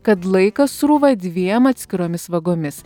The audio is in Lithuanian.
kad laikas srūva dviem atskiromis vagomis